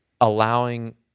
allowing